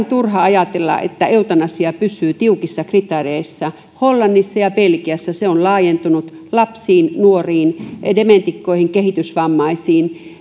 turha ajatella että eutanasia pysyy tiukoissa kriteereissä hollannissa ja belgiassa se on laajentunut lapsiin nuoriin dementikkoihin kehitysvammaisiin